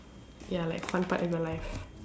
ya like fun part of your life